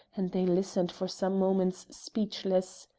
and they listened for some moments speechless.